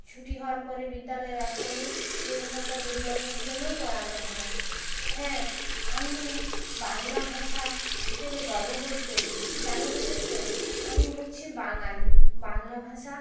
ছুটি হওয়ার পরে বিদ্যালয়ের এক কোণে নিরক্ষরতা দূরীকরণের জন্যও পড়ানো হয় হ্যাঁ আমি বাংলা ভাষা হিসেবে গর্ববোধ করি কেন জানেন তো আমি হচ্ছে বাঙালি বাংলা ভাষা